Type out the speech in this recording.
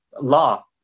law